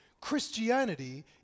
Christianity